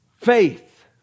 Faith